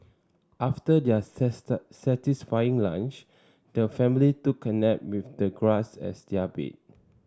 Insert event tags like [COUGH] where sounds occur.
after their [UNINTELLIGIBLE] satisfying lunch the family took a nap with the grass as their bed